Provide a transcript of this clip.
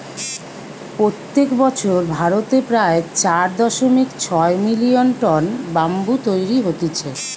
প্রত্যেক বছর ভারতে প্রায় চার দশমিক ছয় মিলিয়ন টন ব্যাম্বু তৈরী হতিছে